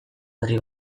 herri